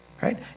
Right